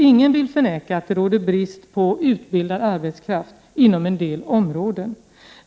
Ingen vill förneka att det råder brist på utbildad arbetskraft inom en del områden.